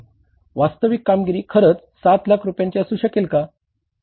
वास्तविक कामगिरी खरच 7 लाख रुपयांची असू शकेल का